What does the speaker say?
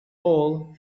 hole